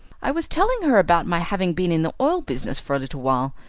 i was telling her about my having been in the oil business for a little while,